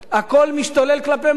הכול משתולל כלפי מעלה.